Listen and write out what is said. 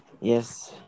Yes